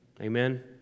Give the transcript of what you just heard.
Amen